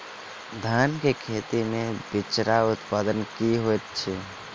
धान केँ खेती मे बिचरा उत्पादन की होइत छी?